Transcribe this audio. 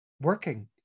working